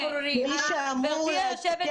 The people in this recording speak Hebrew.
גברתי היושבת-ראש --- מי שאמור לעדכן